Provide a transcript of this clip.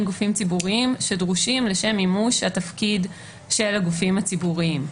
גופים ציבוריים שדרושים לשם מימוש התפקיד של הגופים הציבוריים.